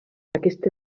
aquesta